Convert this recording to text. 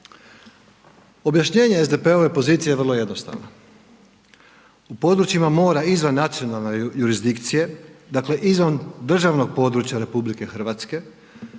Objašnjenje SDP-ove pozicije je vrlo jednostavno u područjima moram izvan nacionalne jurisdikcije, dakle izvan državnog područja RH, RH ima proglašen